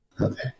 Okay